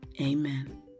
Amen